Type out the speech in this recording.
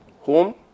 Home